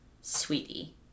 sweetie